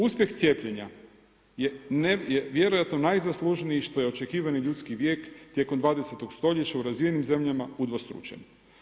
Uspjeh cijepljenja je vjerojatno najzaslužniji što je očekivani ljudski vijek tijekom 20. stoljeća u razvijenim zemljama udvostručen.